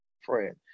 friend